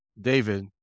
David